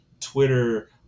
Twitter